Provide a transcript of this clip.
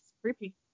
creepy